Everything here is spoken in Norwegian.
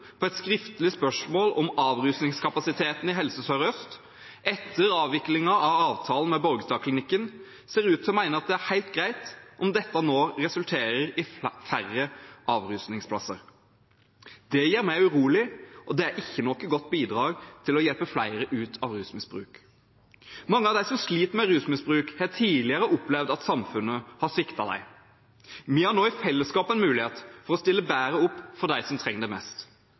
på et skriftlig spørsmål om avrusningskapasiteten i Helse Sør-Øst etter avviklingen av avtalen med Borgestadklinikken ser ut til å mene at det er helt greit om dette nå resulterer i færre avrusningsplasser. Det gjør meg urolig, og det er ikke noe godt bidrag til å hjelpe flere ut av rusmisbruk. Mange av dem som sliter med rusmisbruk, har tidligere opplevd at samfunnet har sviktet dem. Vi har nå i fellesskap en mulighet til å stille bedre opp for dem som trenger det mest.